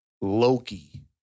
Loki